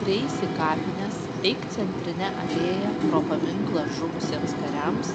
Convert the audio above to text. prieisi kapines eik centrine alėja pro paminklą žuvusiems kariams